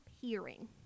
hearing